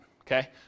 okay